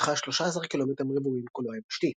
שטחה 13 קילומטרים רבועים, כולו יבשתי.